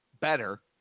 better